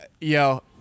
yo